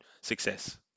success